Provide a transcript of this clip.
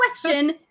question